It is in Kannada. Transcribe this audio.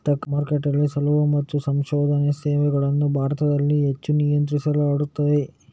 ಸ್ಟಾಕ್ ಮಾರುಕಟ್ಟೆಯ ಸಲಹಾ ಮತ್ತು ಸಂಶೋಧನಾ ಸೇವೆಗಳು ಭಾರತದಲ್ಲಿ ಹೆಚ್ಚು ನಿಯಂತ್ರಿಸಲ್ಪಡುತ್ತವೆ